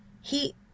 He